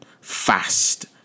fast